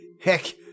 Heck